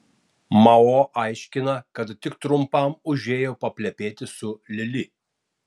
mao aiškina kad tik trumpam užėjo paplepėti su lili